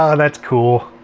ah oh that's cool.